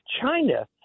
China